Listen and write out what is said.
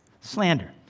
Slander